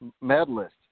Medalist